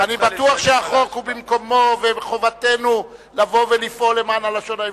אני בטוח שהחוק הוא במקומו וחובתנו לבוא ולפעול למען הלשון העברית,